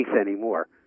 anymore